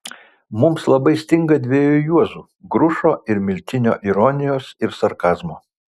mums labai stinga dviejų juozų grušo ir miltinio ironijos ir sarkazmo